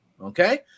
Okay